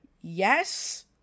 yes